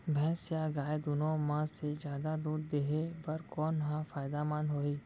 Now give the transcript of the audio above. भैंस या गाय दुनो म से जादा दूध देहे बर कोन ह फायदामंद होही?